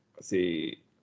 see